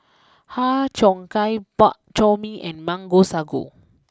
Har Cheong Gai Bak Chor Mee and Mango Sago